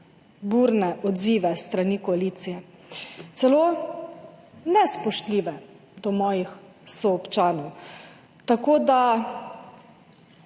burne odzive s strani koalicije. Celo nespoštljive do mojih soobčanov. Spoštovane